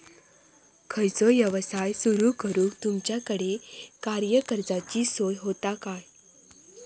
खयचो यवसाय सुरू करूक तुमच्याकडे काय कर्जाची सोय होता काय?